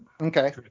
Okay